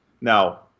Now